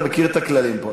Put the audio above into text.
אתה מכיר את הכללים פה,